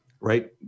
right